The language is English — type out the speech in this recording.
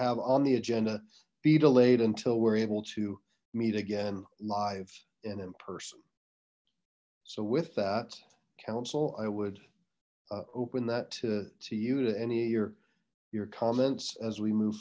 have on the agenda be delayed until we're able to meet again live and in person so with that council i would open that to you to any of your your comments as we move